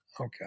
Okay